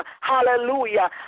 Hallelujah